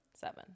Seven